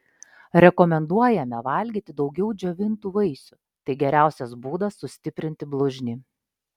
rekomenduojame valgyti daugiau džiovintų vaisių tai geriausias būdas sustiprinti blužnį